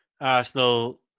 Arsenal